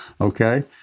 okay